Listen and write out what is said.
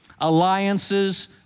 alliances